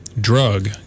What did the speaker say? drug